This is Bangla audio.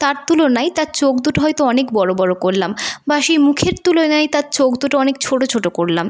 তার তুলনায় তার চোখ দুটো হয়তো অনেক বড় বড় করলাম বা সেই মুখের তুলনায় তার চোখ দুটো অনেক ছোটো ছোটো করলাম